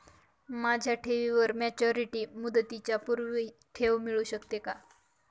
माझ्या ठेवीवर मॅच्युरिटी मुदतीच्या पूर्वी ठेव मिळू शकते का?